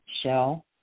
shell